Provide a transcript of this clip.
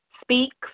speaks